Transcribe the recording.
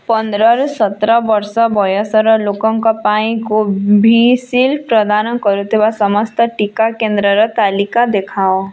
ପନ୍ଦରରୁ ସତର ବର୍ଷ ବୟସର ଲୋକଙ୍କ ପାଇଁ କୋଭିଶିଲ୍ଡ୍ ପ୍ରଦାନ କରୁଥିବା ସମସ୍ତ ଟିକା କେନ୍ଦ୍ରର ତାଲିକା ଦେଖାଅ